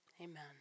Amen